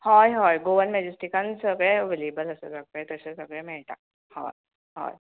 हय हय गोवन मॅजॅस्टिकान सगळें अवेलेबल आसा सगळें तशें सगळें मेळटा हय हय